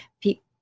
people